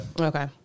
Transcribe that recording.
Okay